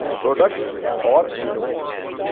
products or innovations.